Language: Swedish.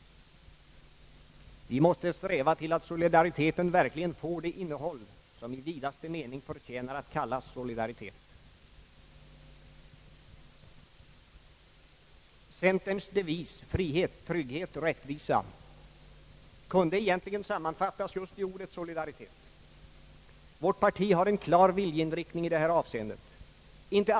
Vi måste sträva efter att solidariteten verkligen får det innehåll som i vidaste mening förtjänar att kallas solidaritet. Centerns devis Frihet, trygghet, rättvisa kunde egentligen sammanfattas just i ordet solidaritet. Vårt parti har en klar viljeinriktning i detta avseende.